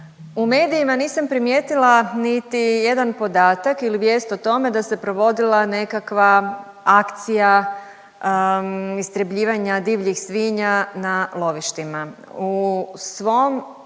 U medijima nisam primijetila niti jedan podatak ili vijest o tome da se provodila nekakva akcija istrebljivanja divljih svinja na lovištima. U svom